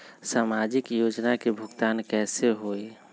समाजिक योजना के भुगतान कैसे होई?